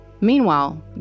Meanwhile